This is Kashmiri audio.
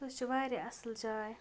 سُہ چھِ واریاہ اَصٕل جاے